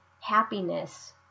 happiness